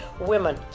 women